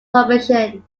probation